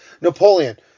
Napoleon